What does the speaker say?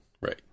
Right